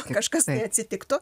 kažkas tai atsitiktų